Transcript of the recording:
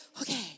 okay